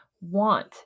want